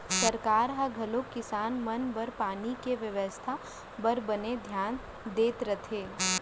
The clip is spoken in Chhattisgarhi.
सरकार ह घलौक किसान मन बर पानी के बेवस्था बर बने धियान देत रथे